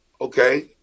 Okay